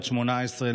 בת 18,